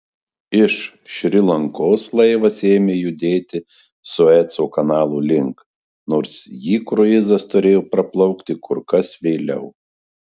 iš šri lankos laivas ėmė judėti sueco kanalo link nors jį kruizas turėjo praplaukti kur kas vėliau